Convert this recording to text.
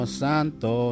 santo